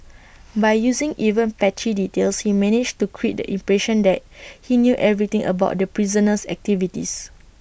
by using even patchy details he managed to create the impression that he knew everything about the prisoner's activities